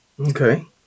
Okay